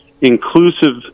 inclusive